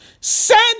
Send